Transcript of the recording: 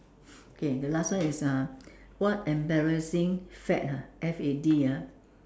okay the last one is uh what embarrassing fad !huh! F A D ah